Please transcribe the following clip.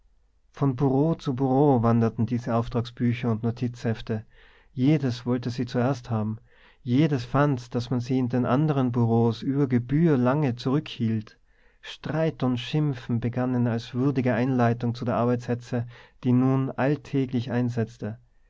von bureau zu bureau wanderten diese auftragsbücher und notizhefte jedes wollte sie zuerst haben jedes fand daß man sie in den anderen bureaus über gebühr lang zurückhielt streit und schimpfen begannen als würdige einleitung zu der arbeitshetze die nun alltäglich einsetzte